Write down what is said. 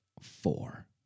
four